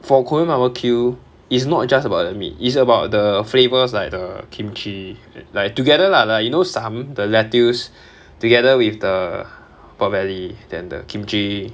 for korean barbecue it's not just about meat it's about the flavours like the kimchi like together lah like you know some the lettuce together with the pork belly then the kimchi